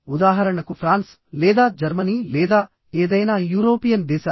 ఉదాహరణకు ఫ్రాన్స్ లేదా జర్మనీ లేదా ఏదైనా యూరోపియన్ దేశాలు